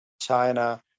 China